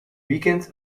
weekend